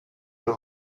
will